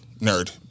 nerd